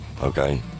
okay